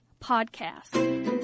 podcast